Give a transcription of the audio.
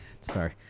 Sorry